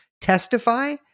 testify